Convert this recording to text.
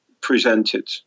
presented